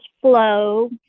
flow